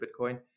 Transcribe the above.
bitcoin